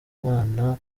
imana